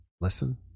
listen